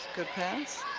good pass.